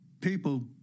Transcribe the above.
people